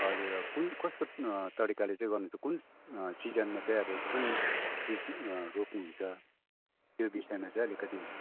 हजुर अब कुन कस्तो तरिकाले चाहिँ गर्नुहुन्छ कुन सिजनमा चाहिँअब कुन चिज रोप्नुहुन्छ त्यो विषयमा चाहिँ अलिकति